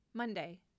Monday